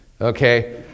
Okay